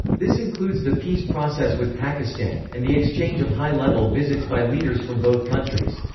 this includes the peace process with pakistan, and the exchange of high-level visits by leaders from both countries.